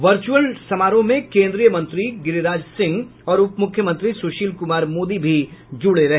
virtual समारोह में केन्द्रीय मंत्री गिरिराज सिंह और उप मुख्यमंत्री सुशील कुमार मोदी भी जुड़े रहे